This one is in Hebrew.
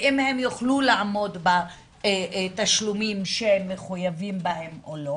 ואם הם יוכלו לעמוד בתשלומים שהם מחויבים בהם או לא.